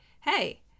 hey